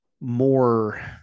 more